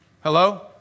Hello